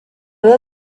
biba